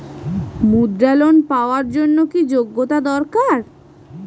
মুদ্রা লোন পাওয়ার জন্য কি যোগ্যতা দরকার?